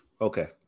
okay